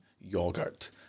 yogurt